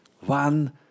One